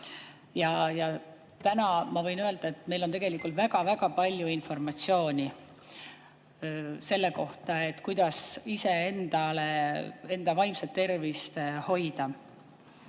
Ja täna ma võin öelda, et meil on väga-väga palju informatsiooni selle kohta, kuidas ise enda vaimset tervist hoida.